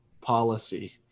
policy